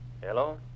Hello